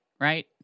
right